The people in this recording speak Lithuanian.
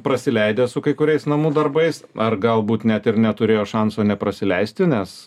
prasileidę su kai kuriais namų darbais ar galbūt net ir neturėjo šansų neprasileisti nes